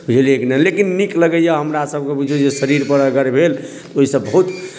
बुझलियै की नहि लेकिन नीक लगैए हमरासभके बुझलियै जे शरीरपर अगर भेल तऽ ओहिसँ बहुत